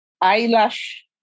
Eyelash